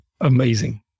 amazing